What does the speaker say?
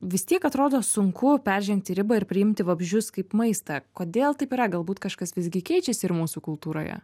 vis tiek atrodo sunku peržengti ribą ir priimti vabzdžius kaip maistą kodėl taip yra galbūt kažkas visgi keičiasi ir mūsų kultūroje